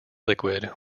liquid